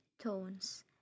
tones